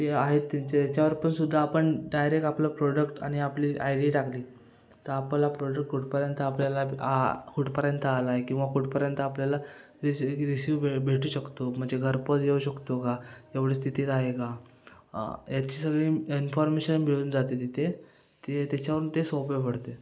ते आहेत त्यांच्या याच्यावर पण सुद्धा आपण डायरेक्ट आपलं प्रोडक्ट आणि आपली आय डी टाकली तर आपल्याला प्रोडक्ट कुठपर्यंत आपल्याला आ कुठपर्यंत आला आहे किंवा कुठपर्यंत आपल्याला रिसी रिसिव भे भेटू शकतो म्हणजे घरपोच येऊ शकतो का एवढी स्थितीत आहे का याची सगळी इन्फॉर्मेशन मिळून जाते तिथे ते त्याच्यावरून ते सोपे पडते